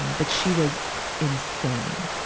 but she was insane.